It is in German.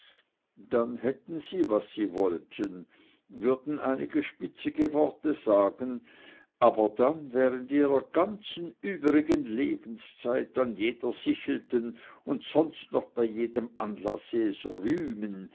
dann hätten sie was sie wollten würden einige spitzige worte sagen gehen aber dann während ihrer ganzen übrigen lebenszeit an jeder sichelten und sonst noch bei jedem anlasse es rühmen